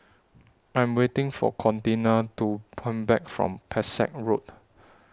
I Am waiting For Contina to Come Back from Pesek Road